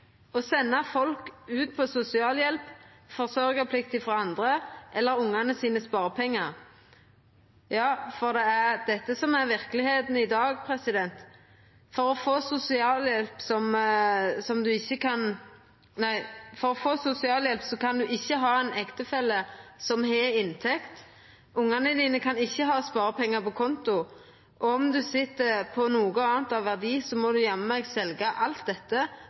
å senda folk ut på sosialhjelp, forsørgjarplikt frå andre eller sparepengane til ungane. For det er dette som er verkelegheita i dag. For å få sosialhjelp kan ein ikkje ha ein ektefelle som har inntekt. Ungane kan ikkje ha sparepengar på konto, og om ein sit på noko anna av verdi, må ein jammen meg selja alt dette